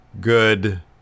good